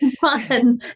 Fun